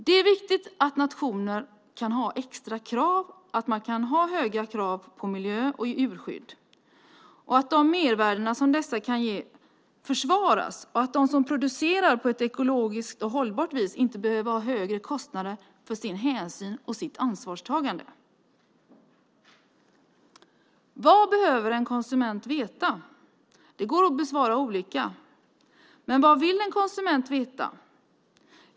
Det är viktigt att nationer kan ha höga krav på miljö och djurskydd, att de mervärden som dessa kan ge försvaras och att de som producerar på ett ekologiskt och hållbart vis inte behöver ha högre kostnader för sin hänsyn och sitt ansvarstagande. Vad behöver en konsument veta? Det går att besvara olika. Men vad vill en konsument veta?